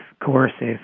coercive